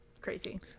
Crazy